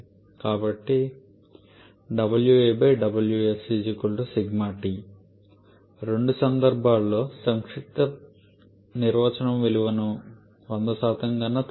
కాబట్టి రెండు సందర్భాల్లో సంక్షిప్త నిర్వచనం విలువలు 100 కన్నా తక్కువ